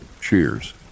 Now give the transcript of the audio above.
Cheers